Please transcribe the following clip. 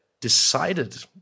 decided